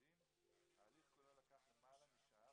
ההליך כולו לקח למעלה משעה,